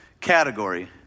category